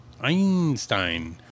Einstein